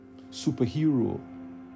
superhero